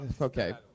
okay